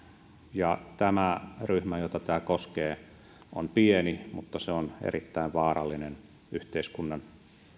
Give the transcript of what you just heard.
ja tämä ryhmä jota tämä koskee on pieni mutta se on erittäin vaarallinen yhteiskunnan